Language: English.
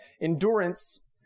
endurance